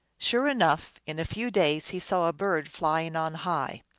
sure enough, in a few days he saw a bird flying on high.